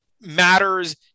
matters